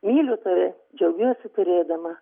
myliu tave džiaugiuosi turėdama